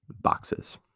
boxes